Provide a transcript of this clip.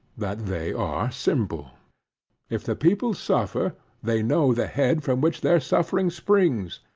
that they are simple if the people suffer, they know the head from which their suffering springs,